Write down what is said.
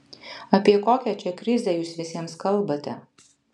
apie kokią čia krizę jūs visiems kalbate